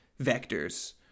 vectors